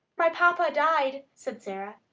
my papa died, said sara.